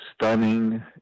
stunning